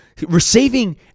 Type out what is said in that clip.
receiving